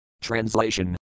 Translation